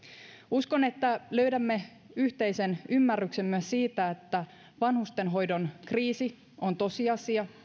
uskon että löydämme yhteisen ymmärryksen myös siitä että vanhustenhoidon kriisi on tosiasia